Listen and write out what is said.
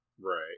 Right